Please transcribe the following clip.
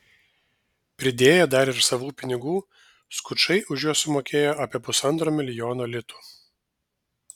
pridėję dar ir savų pinigų skučai už juos sumokėjo apie pusantro milijono litų